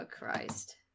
Christ